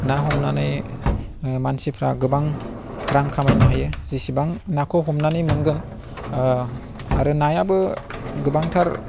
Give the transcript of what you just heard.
ना हमनानै मानसिफोरा गोबां रां खामायनो हायो जेसेबां नाखौ हमनानै मोनगोन आरो नायाबो गोबांथार